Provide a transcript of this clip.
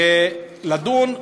ולדון,